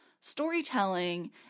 storytelling